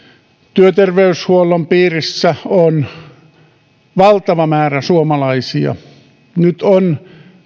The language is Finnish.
työterveyshuollon piirissä on valtava määrä suomalaisia nyt on